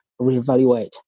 reevaluate